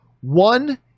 one